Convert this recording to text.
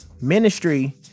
ministry